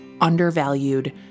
undervalued